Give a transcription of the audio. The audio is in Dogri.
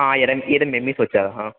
आं जरी मिमी पुच्छा दा हा